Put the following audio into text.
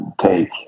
take